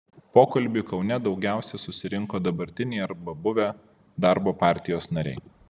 pokalbiui kaune daugiausiai susirinko dabartiniai arba buvę darbo partijos nariai